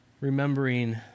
remembering